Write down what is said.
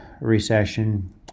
recession